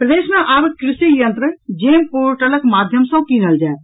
प्रदेश मे आब कृषि यंत्र जेम पोर्टलक माध्यम सँ कीनल जायत